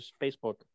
Facebook